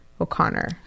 O'Connor